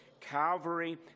Calvary